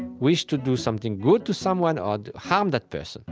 wish to do something good to someone or to harm that person.